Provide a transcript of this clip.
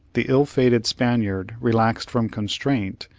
the ill-fated spaniard, relaxed from constraint,